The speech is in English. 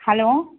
hello